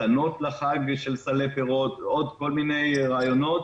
מתנות לחג של סלי פירות ועוד כל מיני רעיונות,